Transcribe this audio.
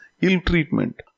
ill-treatment